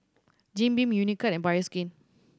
Jim Beam Unicurd and Bioskin